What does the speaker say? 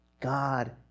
God